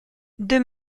deux